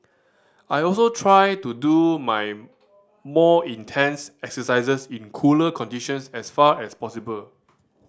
I also try to do my more intense exercises in cooler conditions as far as possible